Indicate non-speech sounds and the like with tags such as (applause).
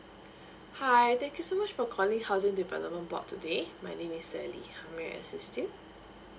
(breath) hi thank you so much for calling housing development board today my name is elly how may I assist you